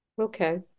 Okay